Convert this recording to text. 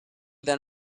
then